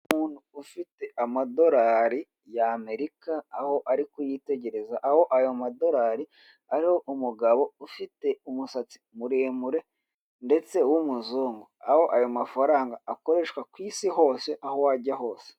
Umuntu ufite amadorari ya Amerika, aho ari kuyitegereza. Aho ayo madorari ariko umugabo ufite umusatsi muremure, ndetse w'umuzungu. Aho ayo mafaranga akoreshwa ku isi hose, aho wajya hose.